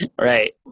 Right